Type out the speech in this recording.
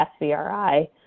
SVRI